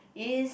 is